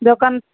ଦୋକାନ